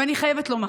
ואני חייבת לומר,